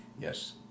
Yes